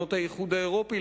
במדינות האיחוד האירופי,